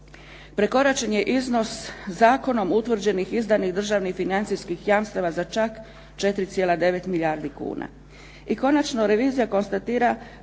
Prekoračen je iznos zakonom utvrđenih izdanih državnih, financijskih jamstava za čak 4,9 milijardi kuna.